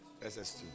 SS2